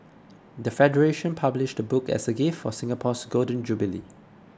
the federation published the book as a gift for Singapore's Golden Jubilee